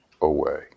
away